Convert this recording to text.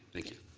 thank you.